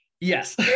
Yes